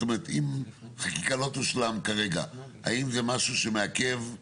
זאת אומרת אם החקיקה לא תושלם כרגע האם זה אחד מגורמי